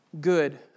good